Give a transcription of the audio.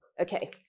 okay